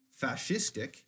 fascistic